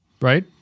Right